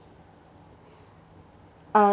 uh